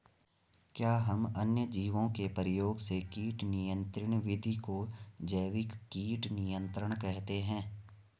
क्या हम अन्य जीवों के प्रयोग से कीट नियंत्रिण विधि को जैविक कीट नियंत्रण कहते हैं?